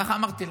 ככה אמרתי להם.